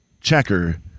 checker